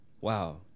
wow